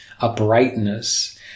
uprightness